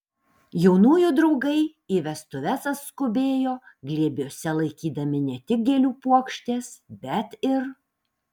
jaunųjų draugai į vestuves atskubėjo glėbiuose laikydami ne tik gėlių puokštes bet ir